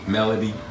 Melody